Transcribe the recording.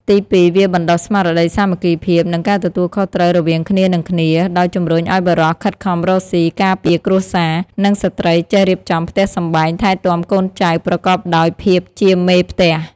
ទីពីរ វាបណ្តុះស្មារតីសាមគ្គីភាព និងការទទួលខុសត្រូវរវាងគ្នានិងគ្នា ដោយជំរុញឲ្យបុរសខិតខំរកស៊ី ការពារគ្រួសារ និងស្ត្រីចេះរៀបចំផ្ទះសម្បែង ថែទាំកូនចៅ ប្រកបដោយភាពជាមេផ្ទះ។